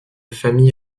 famille